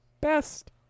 best